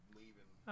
leaving